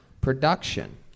production